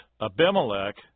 Abimelech